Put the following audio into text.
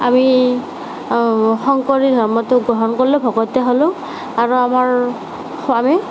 আমি শংকৰী ধৰ্মটো গ্ৰহণ কৰিলোঁ ভকতীয়া হ'লো আৰু আমাৰ আমি